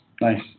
Nice